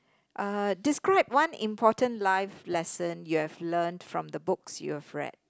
uh describe one important life lesson you have learnt from the books you have read